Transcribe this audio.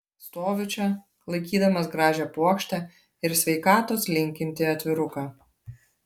stoviu čia laikydamas gražią puokštę ir sveikatos linkintį atviruką